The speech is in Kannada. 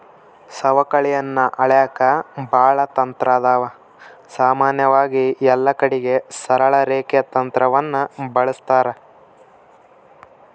ಸವಕಳಿಯನ್ನ ಅಳೆಕ ಬಾಳ ತಂತ್ರಾದವ, ಸಾಮಾನ್ಯವಾಗಿ ಎಲ್ಲಕಡಿಗೆ ಸರಳ ರೇಖೆ ತಂತ್ರವನ್ನ ಬಳಸ್ತಾರ